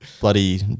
bloody